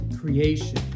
creation